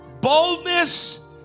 boldness